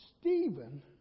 Stephen